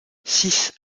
six